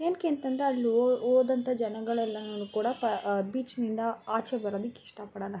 ಏನಕ್ಕೆ ಅಂತಂದರೆ ಅಲ್ಲಿ ಹೋದಂತ ಜನಗಳೆಲ್ಲಾನೂ ಕೂಡ ಪ ಬೀಚ್ನಿಂದ ಆಚೆ ಬರೋದಕ್ಕಿಷ್ಟಪಡಲ್ಲ